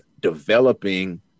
developing